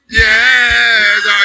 yes